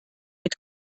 mit